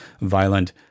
violent